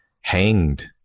hanged